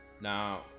Now